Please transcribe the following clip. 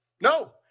No